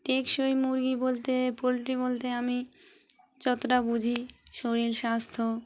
টেকসই মুরগি বলতে পোলট্রি বলতে আমি যতটা বুঝি শরীর স্বাস্থ্য